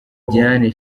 diane